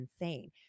insane